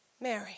Mary